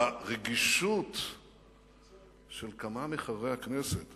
הרגישות של כמה מחברי הכנסת,